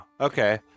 Okay